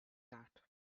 that